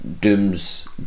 Doom's